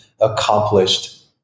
accomplished